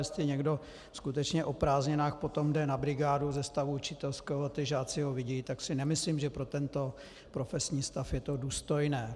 Jestli někdo skutečně o prázdninách potom jde na brigádu z učitelského stavu a žáci ho vidí, tak si nemyslím, že pro tento profesní stav je to důstojné.